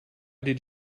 did